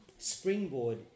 Springboard